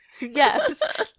Yes